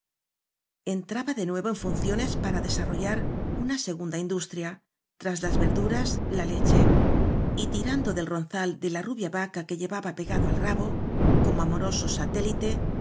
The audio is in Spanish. entraba de nuevo en funciones para des arrollar una segunda industria tras las ver duras la leche y tirando del ronzal de la ru bia vaca que llevaba pegado al rabo como amoroso satélite